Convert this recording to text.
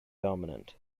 dominant